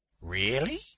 Really